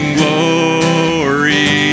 glory